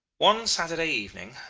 one saturday evening,